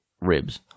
ribs